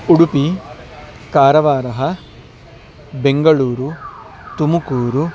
उडुपि कारवारः बेङ्गळूरु तुमुकूरु